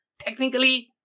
technically